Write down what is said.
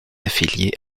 affilié